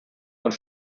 und